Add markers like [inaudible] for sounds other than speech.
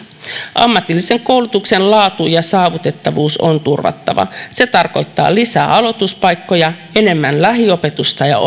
ammatillisen koulutuksen laatu ja saavutettavuus on turvattava se tarkoittaa lisää aloituspaikkoja enemmän lähiopetusta ja [unintelligible]